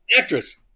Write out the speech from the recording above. actress